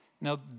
Now